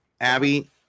Abby